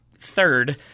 third